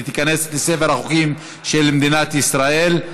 והיא תיכנס לספר החוקים של מדינת ישראל.